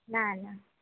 ના ના